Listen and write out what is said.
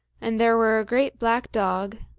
and there were a great black dog,